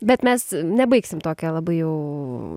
bet mes nebaigsim tokia labai jau